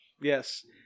Yes